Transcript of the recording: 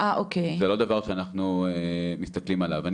זה לא דבר שאנחנו מסתכלים עליו.